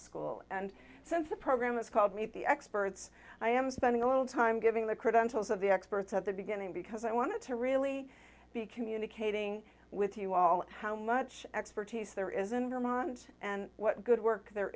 school and since the program is called meet the experts i am spending a little time giving the credentials of the experts at the beginning because i want to really be communicating with you all how much expertise there isn't ramond and what good work there